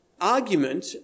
argument